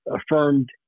affirmed